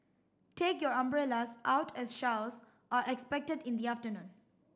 take your umbrellas out as showers are expected in the afternoon